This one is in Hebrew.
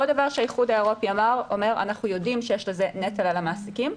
עוד דבר שהאיחוד האירופי אומר: אנחנו יודעים שיש לזה נטל על המעסיקים,